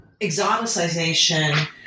exoticization